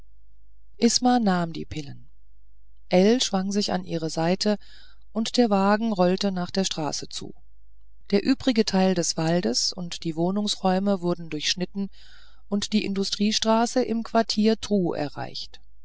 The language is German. isma nahm die pillen ell schwang sich an ihre seite und der wagen rollte nach der straße zu der übrige teil des waldes und die wohnungsräume wurden durchschnitten und die industriestraße im quartier tru erreicht